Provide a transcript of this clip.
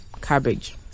cabbage